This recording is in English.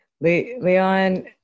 Leon